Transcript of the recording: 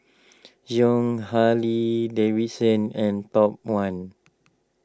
Jon Harley Davidson and Top one